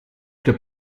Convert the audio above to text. der